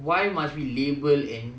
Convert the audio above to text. why must we label and